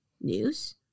news